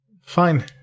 Fine